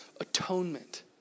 atonement